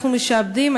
אנחנו משעבדים,